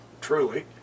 truly